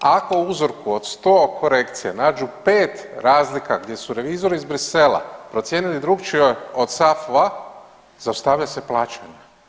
Ako u uzorku od 100 korekcija nađu 5 razlika gdje su revizori iz Bruxellesa procijenili drukčije od SAFU-a zaustavlja se plaćanje.